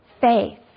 faith